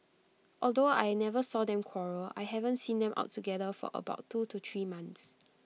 although I never saw them quarrel I haven't seen them out together for about two to three months